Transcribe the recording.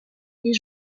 les